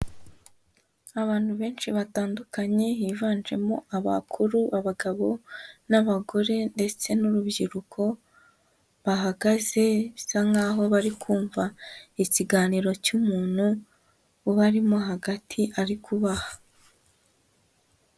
Abantu benshi batandukanye, higanjemo abakuru, abagabo, n'abagore, ndetse n'urubyiruko, bahagaze bisa nk'aho bari kumva ikiganiro cy'umuntu ubarimo hagati ari kubaha.